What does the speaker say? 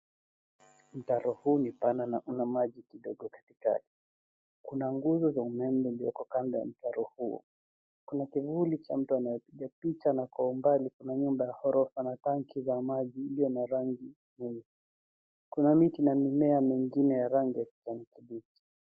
Mtaro huu ni pana na una maji kidogo katikati. Kuna nguzo za umeme zilioko kando ya mtaro huo. Kuna kivuli cha mtu anayepiga picha na kwa umbali kuna nyumba ya ghorofa na tanki za maji iliyo na rangi nyeusi. Kuna miti na mimea mengine ya rangi ya kijani kibichi.